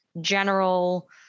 general